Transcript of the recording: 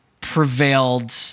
prevailed